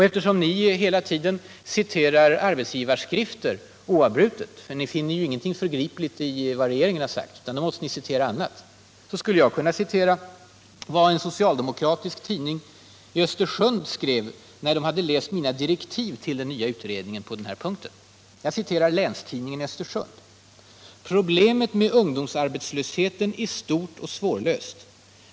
Eftersom ni oavbrutet citerar arbetsgivarskrifter — ni finner ju inget förgripligt i vad regeringen har sagt utan måste citera annat — skulle jag kunna återge vad en socialdemokratisk tidning i Östersund skrev när man hade läst mina direktiv till den nya utredningen på den här punkten. Jag citerar Länstidningen i Östersund: ”Problemet med ungdomsarbetslösheten är stort och svårlöst.